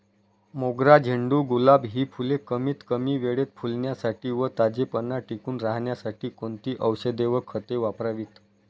मोगरा, झेंडू, गुलाब हि फूले कमीत कमी वेळेत फुलण्यासाठी व ताजेपणा टिकून राहण्यासाठी कोणती औषधे व खते वापरावीत?